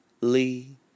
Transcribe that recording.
Lee